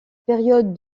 période